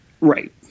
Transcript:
Right